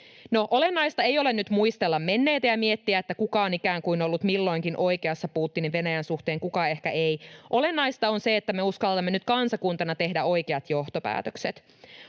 olennaista ei ole nyt muistella menneitä ja miettiä, että kuka on ikään kuin ollut milloinkin oikeassa Putinin Venäjän suhteen, kuka ehkä ei. Olennaista on se, että me uskallamme nyt kansakuntana tehdä oikeat johtopäätökset.